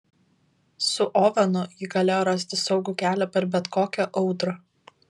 su ovenu ji galėjo rasti saugų kelią per bet kokią audrą